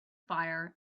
fire